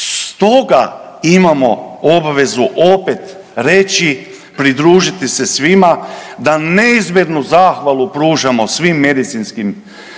Stoga imamo obvezu opet reći, pridružiti se svima da neizmjernu zahvalu pružamo svim medicinskim